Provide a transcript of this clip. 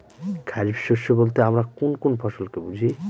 খরিফ শস্য বলতে আমরা কোন কোন ফসল কে বুঝি?